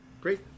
great